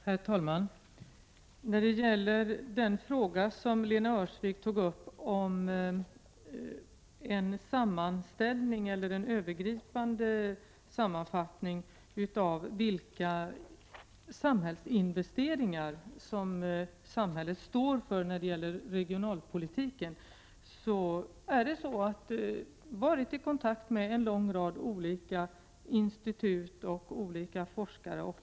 Herr talman! När det gäller den fråga som Lena Öhrsvik tog upp om en övergripande sammanfattning av vilka investeringar som samhället står för i regionalpolitiken, kan jag säga att kontakter har tagits med olika institut och forskare.